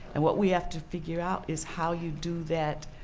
and what we have to figure out is how you do that,